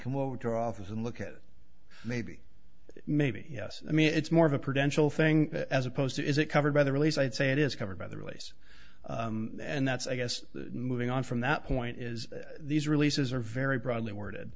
come over to our office and look at it maybe maybe yes i mean it's more of a prevention thing as opposed to is it covered by the release i'd say it is covered by the release and that's i guess moving on from that point is these releases are very broadly